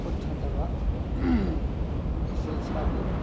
vote ꯊꯥꯗꯕ ꯑꯁꯤ ꯏꯁꯥꯒꯤ